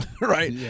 right